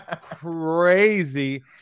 crazy